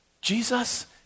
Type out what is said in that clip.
Jesus